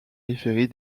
périphérie